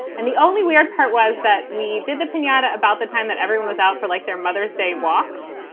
and the only weird part was that we did the pinata about the time that everyone was out for, like their mothers day walks.